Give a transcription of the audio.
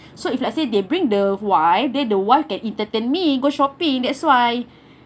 so if let's say they bring the wife then the wife can entertain me go shopping that's why